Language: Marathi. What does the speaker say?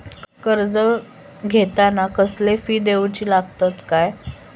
कर्ज घेताना कसले फी दिऊचे लागतत काय?